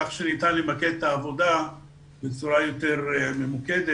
כך שניתן למקד את העבודה בצורה יותר ממוקדת